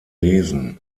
lesen